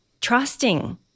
Trusting